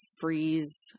freeze